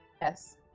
Yes